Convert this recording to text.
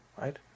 right